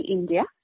India